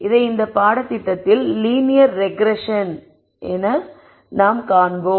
இதை இந்த பாடத்திட்டத்தில் லீனியர் ரெக்ரஷன் ஆக நாம் காணப்போகிறோம்